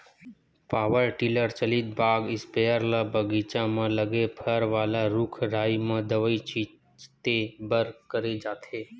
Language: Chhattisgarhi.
पॉवर टिलर चलित बाग इस्पेयर ल बगीचा म लगे फर वाला रूख राई म दवई छिते बर करे जाथे